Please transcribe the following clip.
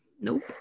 Nope